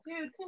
Dude